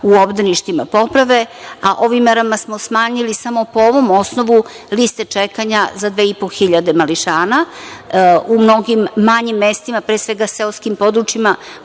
u obdaništima poprave, a ovim merama smo smanjili samo po ovom osnovu liste čekanja za 2.500 mališana u mnogim manjim mestima, pre svega seoskim područjima